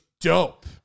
dope